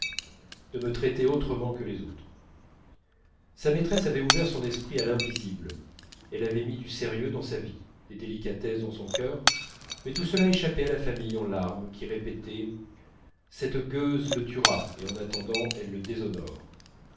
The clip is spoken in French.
de me traiter autrement que les autres sa maîtresse avait ouvert son esprit à l'invisible elle avait mis du sérieux dans sa vie des délicatesses dans son cœur mais tout cela échappait à la famille en larmes qui répétait cette gueuse le tuera et en attendant elle le déshonore